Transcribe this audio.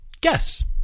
Guess